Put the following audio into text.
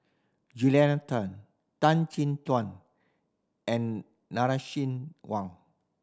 Julia Tan Tan Chin Tuan and Nai Swee Leng